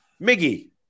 Miggy